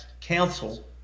counsel